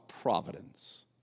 providence